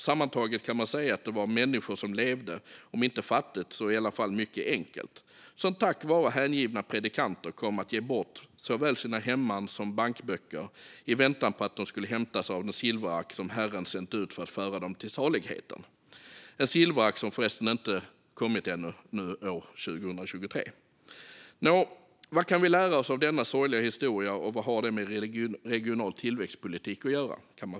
Sammantaget kan man säga att det var människor som levde om inte fattigt så i alla fall mycket enkelt och som tack vare hängivna predikanter kom att ge bort såväl sina hemman som sina bankböcker i väntan på att hämtas av den silverark som Herren sänt ut för att föra dem till saligheten. Det är en silverark som förresten inte kommit än, år 2023. Man kan förstås fråga sig vad vi kan lära oss av denna sorgliga historia och vad det har med regional tillväxtpolitik att göra.